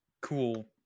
cool